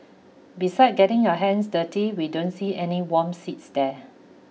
beside getting your hands dirty we don't see any warm seats there